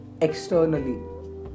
externally